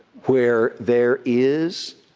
where there is